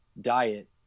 diet